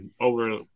over